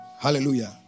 Hallelujah